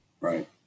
Right